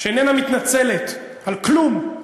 שאיננה מתנצלת על כלום,